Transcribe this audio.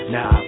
Now